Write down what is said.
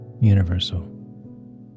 universal